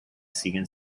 siguen